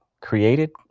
created